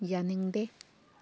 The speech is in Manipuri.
ꯌꯥꯅꯤꯡꯗꯦ